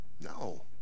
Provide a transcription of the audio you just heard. No